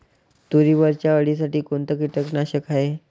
तुरीवरच्या अळीसाठी कोनतं कीटकनाशक हाये?